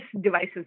devices